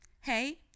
Hey